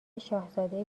شاهزاده